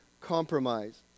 compromise